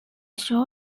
show